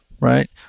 Right